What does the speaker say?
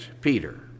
Peter